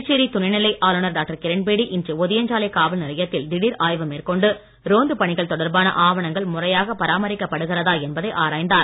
புதுச்சேரி துணைநிலை ஆளுநர் டாக்டர் கிரண்பேடி இன்று ஒதியஞ்சாலை காவல் நிலையத்தில் திடீர் ஆய்வு மேற்கொண்டு ரோந்துப் பணிகள் தொடர்பான ஆவணங்கள் முறையாகப் பராமரிக்கப் படுகிறதா என்பதை ஆராய்ந்தார்